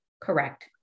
Correct